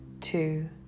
two